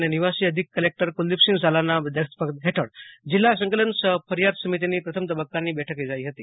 અને નિવાસી અધિક કલેકટર કુલદીપસિંહ ઝાલાના અધ્યક્ષપદ હેઠળ જિલ્લા સંકલન સહ ફરિયાદ સમિતિની પ્રથમ તબકકાની બેઠક યોજાઈ હતો